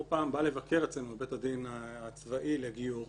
הוא פעם בא לבקר אצלנו בבית הדין הצבאי לגיור,